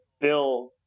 Bill